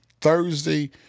Thursday